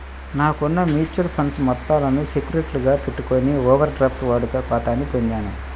నాకున్న mutual funds మొత్తాలను సెక్యూరిటీలుగా పెట్టుకొని ఓవర్ డ్రాఫ్ట్ వాడుక ఖాతాని పొందాను